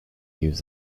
use